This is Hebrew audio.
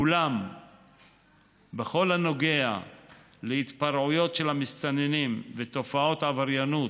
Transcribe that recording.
אולם בכל הנוגע להתפרעויות של המסתננים ותופעות עבריינות